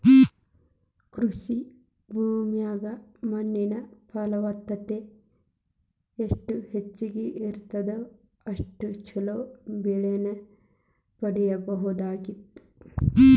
ಕೃಷಿ ಭೂಮಿಯಾಗ ಮಣ್ಣಿನ ಫಲವತ್ತತೆ ಎಷ್ಟ ಹೆಚ್ಚಗಿ ಇರುತ್ತದ ಅಷ್ಟು ಚೊಲೋ ಬೆಳಿನ ಪಡೇಬಹುದಾಗೇತಿ